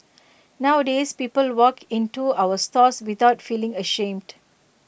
nowadays people walk in to our stores without feeling ashamed